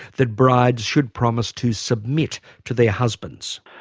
that brides should promise to submit to their husbands?